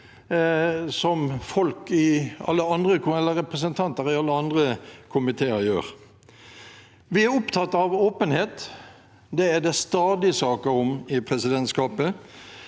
som representanter i alle andre komiteer gjør. Vi er opptatt av åpenhet. Det er det stadig saker om i presidentskapet.